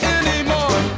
anymore